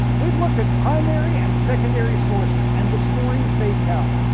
we've looked at primary and secondary sources and the stories they tell.